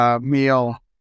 meal